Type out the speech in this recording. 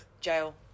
jail